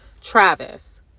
travis